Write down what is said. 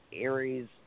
Aries